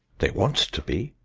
they want to be,